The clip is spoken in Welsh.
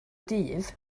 dydd